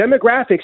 demographics